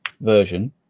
version